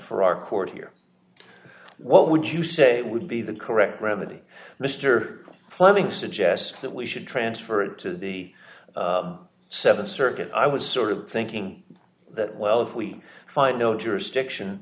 for our court here what would you say would be the correct remedy mr fleming suggests that we should transfer it to the seven circuit i was sort of thinking that well if we find no jurisdiction